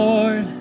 Lord